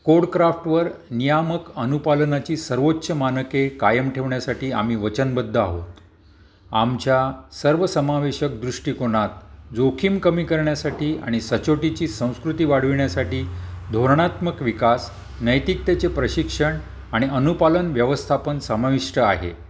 कोडक्राफ्टवर नियामक अनुपालनाची सर्वोच्च मानके कायम ठेवण्यासाठी आम्ही वचनबद्ध आहोत आमच्या सर्वसमावेशक दृष्टिकोनात जोखीम कमी करण्यासाठी आणि सचोटीची संस्कृती वाढविण्यासाठी धोरणात्मक विकास नैतिकतेचे प्रशिक्षण आणि अनुपालन व्यवस्थापन समाविष्ट आहे